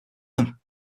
them